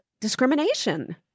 discrimination